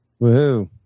Woohoo